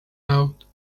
out